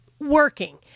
working